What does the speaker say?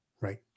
Right